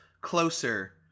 Closer